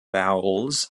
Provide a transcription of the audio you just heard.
bowles